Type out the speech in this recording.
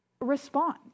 Respond